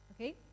Okay